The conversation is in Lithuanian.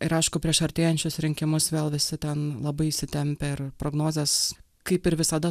ir aišku prieš artėjančius rinkimus vėl visi ten labai įsitempę ir prognozės kaip ir visada